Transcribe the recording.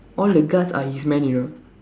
all the guards are his men you know